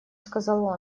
сказал